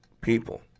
people